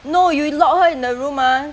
no you lock her in the room ah